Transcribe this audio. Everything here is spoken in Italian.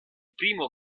primo